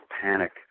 panic